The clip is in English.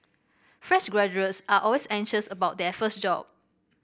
fresh graduates are always anxious about their first job